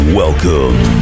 welcome